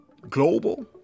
global